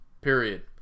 period